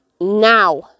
now